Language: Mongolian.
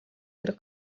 хэрэг